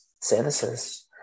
services